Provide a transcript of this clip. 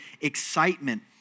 excitement